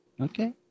Okay